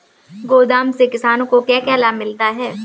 गोदाम से किसानों को क्या क्या लाभ मिलता है?